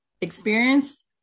experience